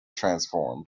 transformed